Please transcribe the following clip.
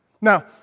Now